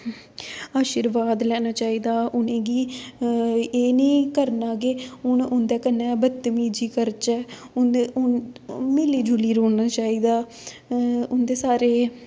अशीर्वाद लैना चाहिदा उ'नेंगी एह् निं करना कि हून उं'दे कन्नै बतमीजी करचै उं'दे मिली जुली रौह्ना चाहिदा उं'दे सारे